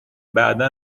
بعدا